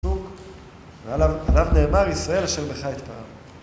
פסוק. ועליו נאמר ישראל אשר בך אתפאר.